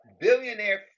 billionaire